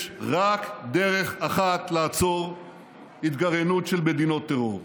יש רק דרך אחת לעצור התגרענות של מדינות טרור,